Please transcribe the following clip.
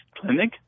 clinic